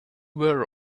were